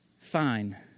Fine